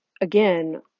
again